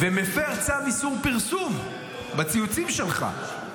ומפר צו איסור פרסום בציוצים שלך?